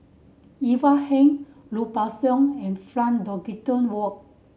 Ivan Heng Lui Pao Chuen and Frank Dorrington Ward